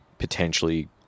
potentially